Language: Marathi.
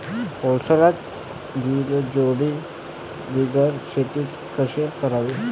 पावसाळ्यात बैलजोडी बिगर शेती कशी कराव?